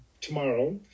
tomorrow